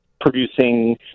producing